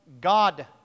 God